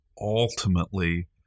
ultimately